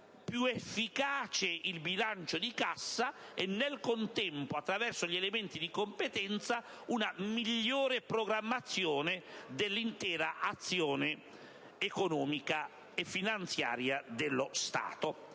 più efficace il bilancio di cassa e nel contempo, attraverso gli elementi di competenza, consentono una migliore programmazione dell'intera azione economica e finanziaria dello Stato.